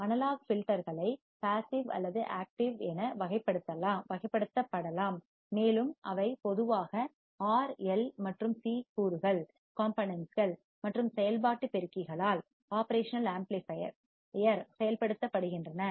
analogue ஃபில்டர்கள் ஐ passive அல்லது ஆக்டிவ் என வகைப்படுத்தப்படலாம் மேலும் அவை பொதுவாக R L மற்றும் C கூறுகள் காம்போனென்ட்ஸ்கள் மற்றும் செயல்பாட்டு பெருக்கிககளால் ஒப்ரேஷனல் ஆம்ப்ளிபையர் செயல்படுத்தப்படுகின்றன